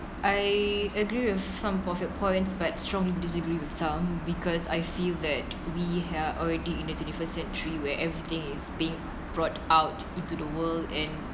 I agree with some of your points but strongly disagree with some because I feel that we have already in the twenty first century where everything is being brought out into the world and